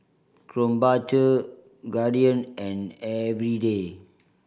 Krombacher Guardian and Eveready